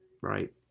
right